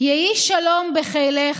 "יהי שלום בחילך,